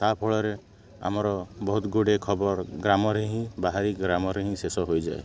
ତା' ଫଳରେ ଆମର ବହୁତ ଗୁଡ଼ିଏ ଖବର ଗ୍ରାମରେ ହିଁ ବାହାରି ଗ୍ରାମରେ ହିଁ ଶେଷ ହୋଇଯାଏ